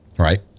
right